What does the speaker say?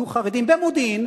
יהיו חרדים במודיעין